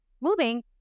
moving